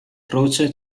croce